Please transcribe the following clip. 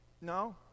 No